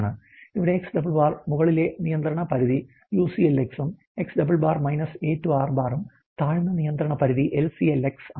ഇവിടെ "X മുകളിലെ നിയന്ത്രണ പരിധി UCLx ഉം "X -A2 'R ഉം താഴ്ന്ന നിയന്ത്രണ പരിധി LCLx ആണ്